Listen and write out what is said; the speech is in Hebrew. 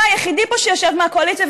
אתה היחיד פה שיושב מהקואליציה,